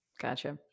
Gotcha